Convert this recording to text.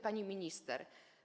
Pani Minister!